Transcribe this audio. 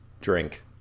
drink